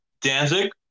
danzig